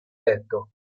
letto